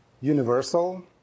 universal